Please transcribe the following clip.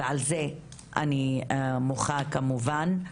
ועל זה אני מוחה כמובן.